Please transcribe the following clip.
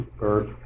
earth